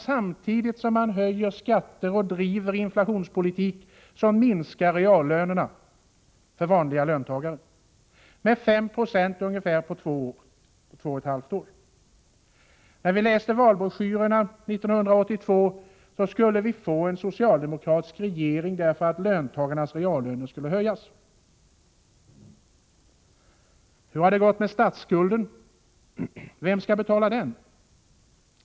Samtidigt som regeringen höjer skatterna och driver inflationspolitik, minskar reallönerna för vanliga löntagare med ungefär 5 96 på 2,5 år. Enligt valbroschyrerna 1982 skulle vi få en socialdemokratisk regering därför att löntagarnas reallöner skulle höjas. Hur har det gått med statsskulden? Vem skall betala den?